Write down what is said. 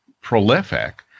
prolific